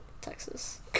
Texas